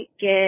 get